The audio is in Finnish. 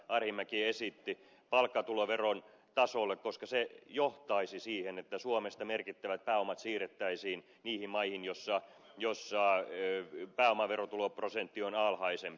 arhinmäki esitti palkkatuloveron tasolle koska se johtaisi siihen että suomesta merkittävät pääomat siirrettäisiin niihin maihin joissa pääomatuloveroprosentti on alhaisempi